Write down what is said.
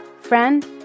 Friend